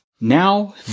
Now